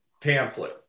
pamphlet